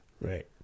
Right